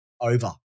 over